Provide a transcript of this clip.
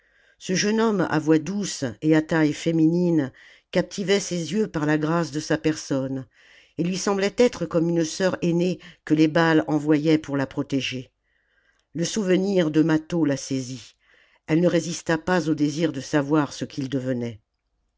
ce jeune homme à voix douce et à taille féminine captivait ses yeux par la grâce de sa personne et lui semblait être comme une sœur aînée que les baais envoyaient pour la protéger le souvenir de mâtho la saisit elle ne résista pas au désir de savoir ce qu'il devenait